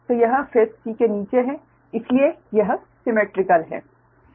तो यह face c के नीचे है इसलिए यह सिमेट्रिकल है